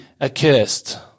accursed